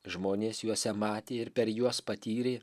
žmonės juose matė ir per juos patyrė